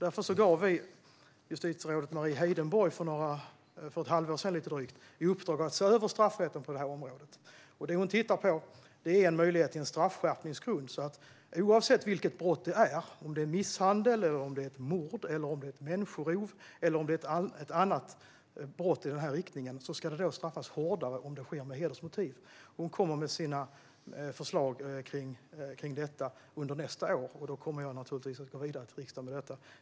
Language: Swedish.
Därför gav vi för lite drygt ett halvår sedan justitierådet Mari Heidenborg i uppdrag att se över straffrätten på det här området. Det hon tittar på är en möjlig straffskärpningsgrund. Oavsett vilket brott det är - om det är misshandel, mord, människorov eller ett annat brott av den här typen - ska det straffas hårdare om det sker med hedersmotiv. Hon kommer med sina förslag om detta under nästa år, och då kommer jag att gå vidare till riksdagen med detta.